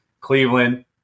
Cleveland